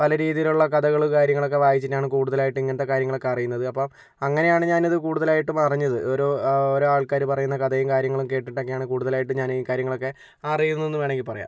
പല രീതിയിലുള്ള കഥകള് കാര്യങ്ങളൊക്കെ വായിച്ചിട്ടാണ് കൂടുതലായിട്ട് ഇങ്ങനത്തെ കാര്യങ്ങളൊക്കെ അറിയുന്നത് അപ്പോൾ അങ്ങനെയാണ് ഞാൻ ഇത് കൂടുതലായിട്ടും അറിഞ്ഞത് ഓരോ ഓരോ ആൾക്കാര് പറയുന്ന കഥയും കാര്യങ്ങളും കേട്ടിട്ടൊക്കെയാണ് കൂടുതലായിട്ടും ഞാൻ ഈ കാര്യങ്ങളൊക്കെ അറിയുന്നതെന്ന് വേണമെങ്കിൽ പറയാം